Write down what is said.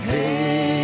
Hey